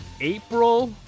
april